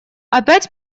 опять